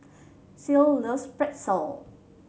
Ceil loves Pretzel